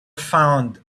found